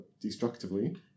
destructively